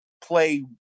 play